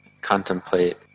contemplate